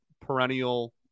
perennial